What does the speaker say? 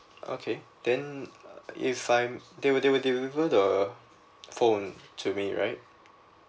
okay then if I'm they will~ they will deliver the phone to me right